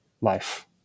life